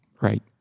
Right